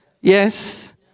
yes